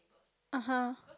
(uh huh)